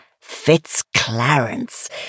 Fitzclarence